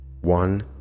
One